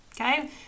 okay